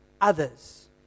others